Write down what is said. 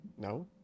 No